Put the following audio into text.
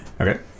Okay